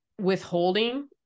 withholding